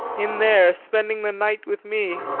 in there, spending the night with me.